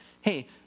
hey